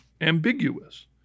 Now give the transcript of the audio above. ambiguous